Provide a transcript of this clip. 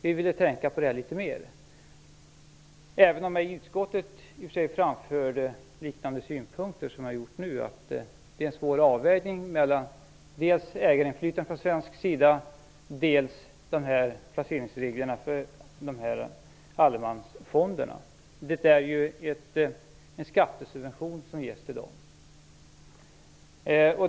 Vi ville tänka litet mer på det här. I och för sig framförde jag i utskottet liknande synpunkter som dem jag framför nu, dvs. att det är en svår avvägning mellan dels ägarinflytandet från svensk sida, dels placeringsreglerna för allemansfonderna - det är ju fråga om en skattesubvention för allemansfondernas del.